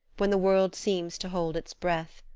when the world seems to hold its breath.